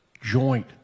joint